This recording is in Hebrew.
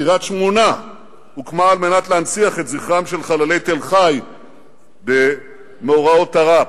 קריית-שמונה הוקמה על מנת להנציח את זכרם של חללי תל-חי במאורעות תר"פ,